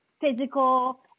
physical